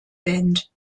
band